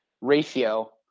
ratio